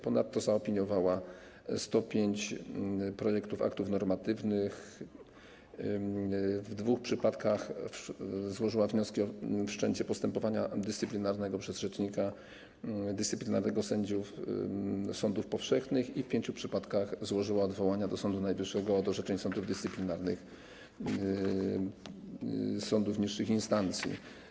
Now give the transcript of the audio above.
Ponadto zaopiniowała 105 projektów aktów normatywnych, w dwóch przypadkach złożyła wnioski o wszczęcie postępowania dyscyplinarnego przez rzecznika dyscyplinarnego sędziów sądów powszechnych, a w pięciu przypadkach złożyła odwołania do Sądu Najwyższego od orzeczeń sądów dyscyplinarnych, sądów niższych instancji.